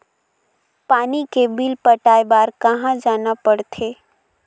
पानी के बिल पटाय बार कहा जाना पड़थे?